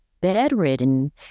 bedridden